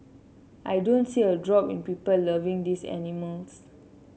I don't see a drop in people loving these animals